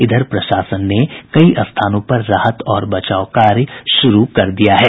इधर प्रशासन ने कई स्थानों पर राहत और बचाव कार्य शुरू कर दिया है